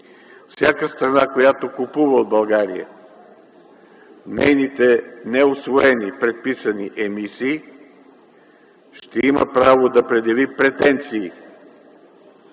Всяка страна, която купува от България нейните неусвоени предписани емисии, ще има право да предяви претенции